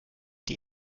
die